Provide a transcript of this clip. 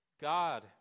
God